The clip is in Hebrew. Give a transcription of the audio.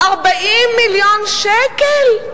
40 מיליון שקל?